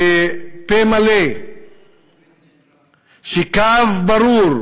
בפה מלא שקו ברור